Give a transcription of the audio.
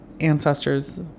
ancestors